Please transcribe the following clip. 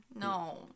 No